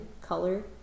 color